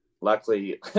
Luckily